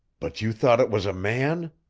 but you thought it was a man?